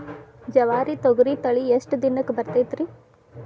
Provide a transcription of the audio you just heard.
ಜವಾರಿ ತೊಗರಿ ತಳಿ ಎಷ್ಟ ದಿನಕ್ಕ ಬರತೈತ್ರಿ?